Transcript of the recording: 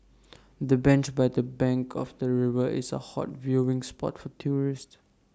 the bench by the bank of the river is A hot viewing spot for tourists